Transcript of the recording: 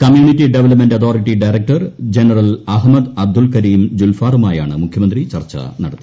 community development authority director general Ahmad Abdul Karim ജുൽഫാറുമായാണ് മുഖ്യമന്ത്രി ചർച്ച നടത്തി